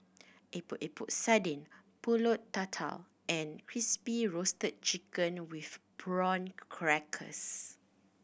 Epok Epok Sardin Pulut Tatal and Crispy Roasted Chicken with Prawn Crackers